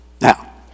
Now